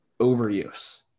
overuse